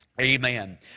Amen